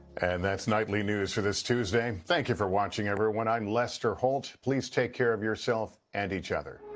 and that's nightly news for this tuesday. thank you for watching, everyone. i'm lester holt. please take care of yourself and each other.